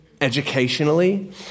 educationally